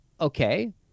Okay